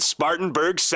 Spartanburg